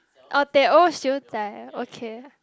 oh teh O siew dai okay